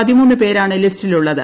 പതിമൂന്ന് പേരാണ് ലിസ്റ്റിലുള്ളത്